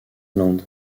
land